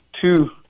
two